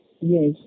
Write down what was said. Yes